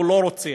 הוא לא רוצח,